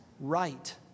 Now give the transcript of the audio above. right